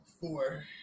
Four